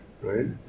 Right